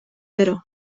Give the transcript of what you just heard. gero